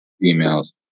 females